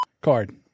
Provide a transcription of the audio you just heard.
...card